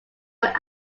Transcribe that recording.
were